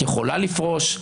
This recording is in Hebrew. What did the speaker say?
את יכולה לפרוש,